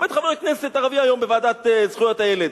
עומד חבר כנסת ערבי היום בוועדה לזכויות הילד